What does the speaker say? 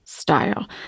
Style